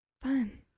Fun